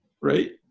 right